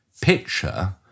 picture